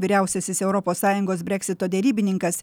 vyriausiasis europos sąjungos breksito derybininkas